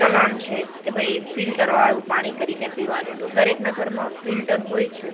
ચલણ છે કે ભાઈ ફિલ્ટરવાળું પાણી કરીને પીવાનું તો દરેકના ઘરમાં ફિલ્ટર હોય છે